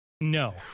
No